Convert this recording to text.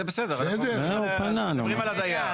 זה בסדר, אנחנו מדברים על הדייר.